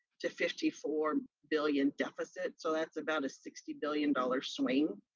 to fifty four billion deficit, so that's about a sixty billion dollars swing.